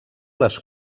les